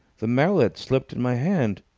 the mallet slipped in my hand.